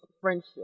friendship